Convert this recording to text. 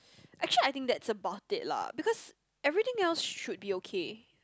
actually I think that's about it lah because everything else should be okay